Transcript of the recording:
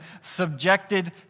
subjected